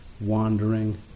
wandering